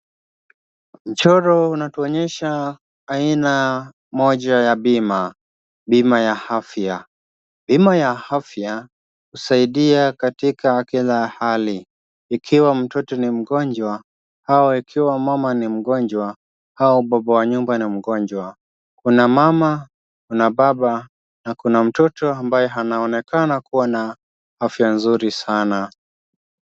Mchoro unatuonyesha aina moja ya bima, bima ya afya. Bima ya afya husaidia katika kila hali, ikiwa mtoto ni mgonjwa au ikiwa mama ni mgonjwa, au baba wa nyumba ni mgonjwa, kuna mama, kuna baba na kuna mtoto ambaye anaonekana kuwa na afya nzuri sana.